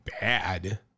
bad